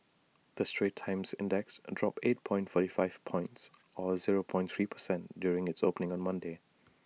the straits times index dropped eight four five points or zero point three per cent during its opening on Monday